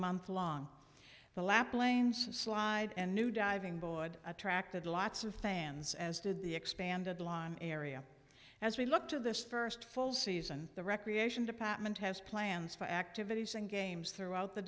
month long the lap lanes slide and new diving board attracted lots of fans as did the expanded line area as we look to this first full season the recreation department has plans for activities and games throughout the